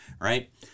right